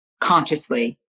consciously